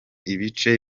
ibice